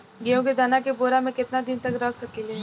गेहूं के दाना के बोरा में केतना दिन तक रख सकिले?